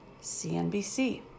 CNBC